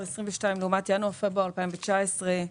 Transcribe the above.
2022 ובין השנים ינואר-פברואר 2019,